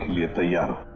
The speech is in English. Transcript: get a yeah